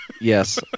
Yes